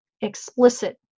explicit